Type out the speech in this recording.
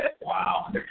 Wow